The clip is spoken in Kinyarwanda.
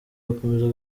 bakomeza